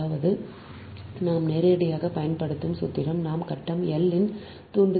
அடுத்தது நாம் நேரடியாகப் பயன்படுத்தும் சூத்திரம் நாம் கட்டம் L இன் தூண்டலை 0